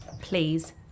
Please